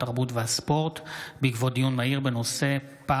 התרבות והספורט בעקבות דיון מהיר בהצעתם של חברי הכנסת אליהו רביבו